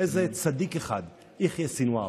איזה צדיק אחד, יחיא סנוואר.